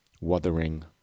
Wuthering